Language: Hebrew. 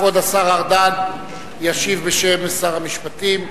כבוד השר ארדן ישיב בשם שר המשפטים.